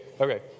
Okay